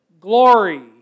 glory